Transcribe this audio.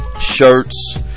shirts